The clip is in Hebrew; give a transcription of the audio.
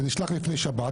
זה נשלח לפני שבת,